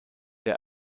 der